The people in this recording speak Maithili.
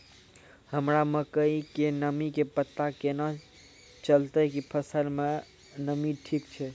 हमरा मकई के नमी के पता केना चलतै कि फसल मे नमी ठीक छै?